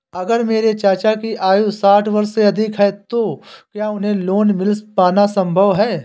अगर मेरे चाचा की आयु साठ वर्ष से अधिक है तो क्या उन्हें लोन मिल पाना संभव है?